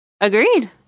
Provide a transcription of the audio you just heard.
Agreed